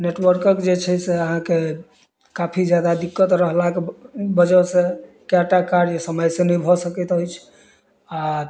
network जे छै से अहाँके काफी जादा दिक्कत रहलाक बजहसँ कए टा कार्य समय सऽ नहि भऽ सकैत अछि आ